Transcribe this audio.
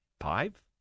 Five